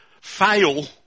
fail